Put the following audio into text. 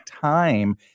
time